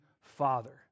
father